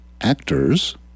actors